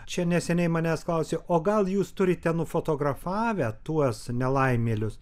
čia neseniai manęs klausė o gal jūs turite nufotografavę tuos nelaimėlius